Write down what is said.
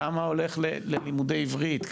כמה הולך ללימודי עברית.